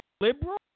liberal